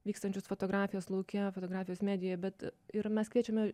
vykstančius fotografijos lauke fotografijos medijoj bet ir mes kviečiame